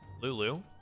Lulu